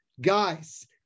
Guys